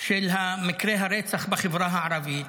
של מקרי הרצח בחברה הערבית,